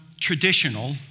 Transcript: traditional